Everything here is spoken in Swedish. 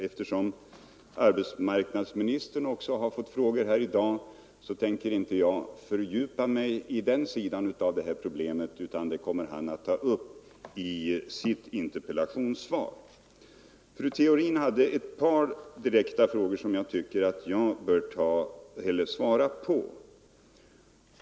Eftersom arbetsmarknadsministern också kommer att svara på några sådana frågor här i dag tänker jag inte fördjupa mig i den sidan av problemet, utan den kommer han att ta upp i sitt interpellationssvar. Men fru Theorin ställde ett par direkta frågor som jag tycker att jag här bör svara på.